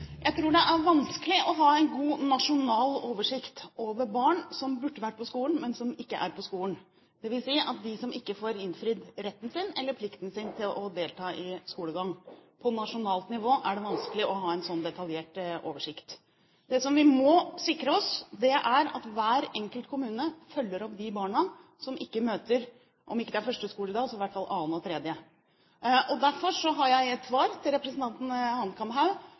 Jeg tror det er vanskelig å ha en god nasjonal oversikt over barn som burde vært på skolen, men som ikke er på skolen – dvs. ikke får innfridd retten sin eller gjort plikten sin til å delta i skolegang. På nasjonalt nivå er det vanskelig å ha en sånn detaljert oversikt. Det som vi må sikre oss, er at hver enkelt kommune følger opp de barna som ikke møter opp – om ikke første skoledag så i hvert fall annen eller tredje. Derfor har jeg i et svar til representanten